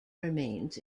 remains